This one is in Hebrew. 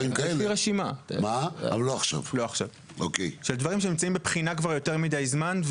יש לי רשימה של דברים שנמצאים בבחינה כבר יותר מדיי זמן,